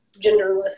genderless